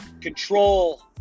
Control